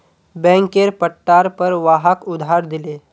बैंकेर पट्टार पर वहाक उधार दिले